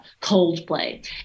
Coldplay